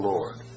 Lord